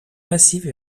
massives